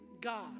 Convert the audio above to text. God